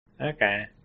Okay